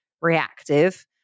reactive